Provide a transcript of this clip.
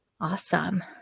Awesome